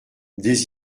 des